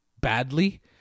badly